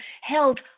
held